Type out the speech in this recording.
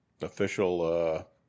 official